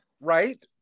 right